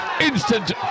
Instant